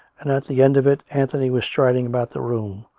and at the end of it anthony was striding about the room,